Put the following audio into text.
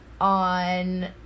on